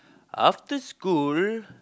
after school